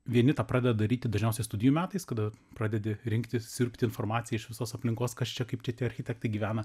vieni tą pradeda daryti dažniausiai studijų metais kada pradedi rinktis siurbti informaciją iš visos aplinkos kas čia kaip kiti architektai gyvena